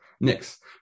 Next